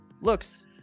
looks